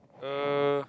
uh